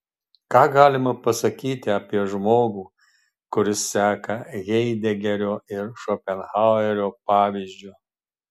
ką galima pasakyti apie žmogų kuris seka haidegerio ir šopenhauerio pavyzdžiu